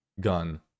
gun